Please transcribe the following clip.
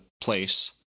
place